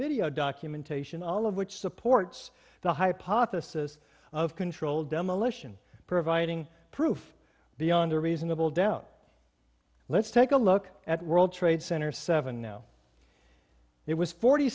video documentation all of which supports the hypothesis of controlled demolition providing proof beyond a reasonable doubt let's take a look at world trade center seven now it was forty